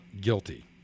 guilty